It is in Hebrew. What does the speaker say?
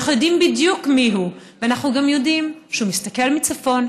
אנחנו יודעים בדיוק מיהו ואנחנו גם יודעים שהוא מסתכל מצפון,